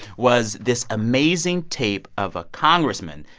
was this amazing tape of a congressman,